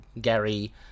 Gary